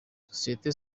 sosiyete